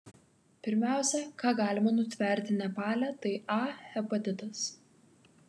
pirmiausia ką galima nutverti nepale tai a hepatitas